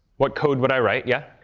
what code would i write? yeah?